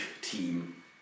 team